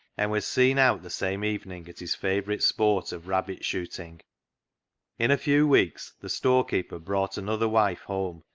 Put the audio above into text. and was seen out the same evening at his favourite sport of rabbit-shooting. in a few weeks the storekeeper brought another wife home,